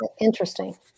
interesting